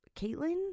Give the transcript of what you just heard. Caitlin